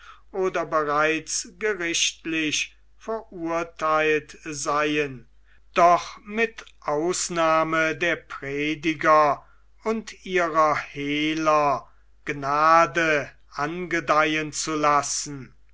oder bereits gerichtlich verurtheilt seien doch mit ausnahme der prediger und ihrer hehler gnade angedeihen zu lassen